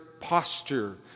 posture